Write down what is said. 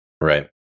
Right